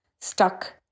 stuck